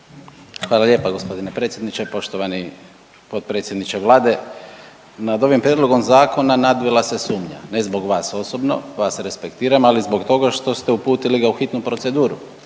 Hvala lijepa gospodine predsjedniče. Poštovani potpredsjedniče Vlade, nad ovim prijedlogom zakona nadvila se sumnja. Ne zbog vas osobno, vas respektiram, ali zbog toga što ste uputili ga u hitnu proceduru